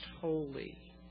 holy